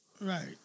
Right